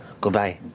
Goodbye